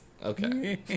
Okay